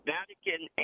Vatican